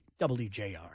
WJR